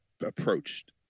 approached